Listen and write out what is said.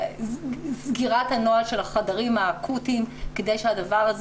סגירת הנוהל של החדרים האקוטיים כדי שהדבר הזה